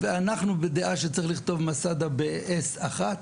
אנחנו בדעה שצריך לכתוב מסדה ב-S אחת